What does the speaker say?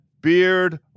Beard